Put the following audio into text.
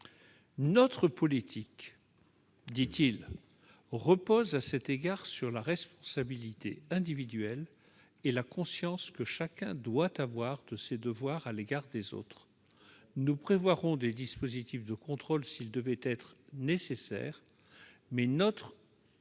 « Notre politique repose, à cet égard, sur la responsabilité individuelle et la conscience que chacun doit avoir de ses devoirs à l'égard des autres. Nous prévoirons des dispositifs de contrôle, s'ils devaient être nécessaires, mais notre